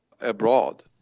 abroad